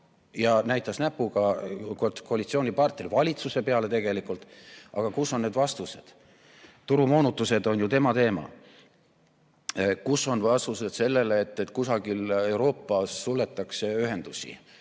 ja näitas näpuga koalitsioonipartneri, valitsuse peale tegelikult, aga kus on need vastused? Turumoonutused on ju tema teema. Kus on vastused sellele, et kusagil Euroopas suletakse ühendusi?